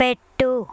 పెట్టు